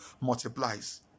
multiplies